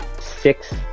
six